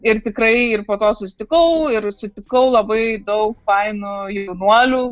ir tikrai ir po to susitikau ir sutikau labai daug fainų jaunuolių